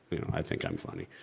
i think i'm funny.